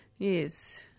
Yes